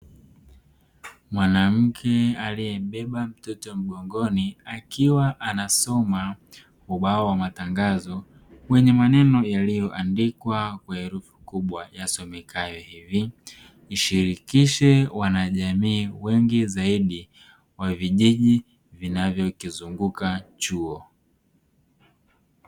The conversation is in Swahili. Mwanamke aliebeba mtoto mgongoni akiwa anasoma ubao wa matangazo wenye maneno yaliyoandikwa kwa herufi kubwa yasomekayo hivi "Ishirikishe wanajamii wengi zaidi wa vijiji vinavyokizunguka chuo".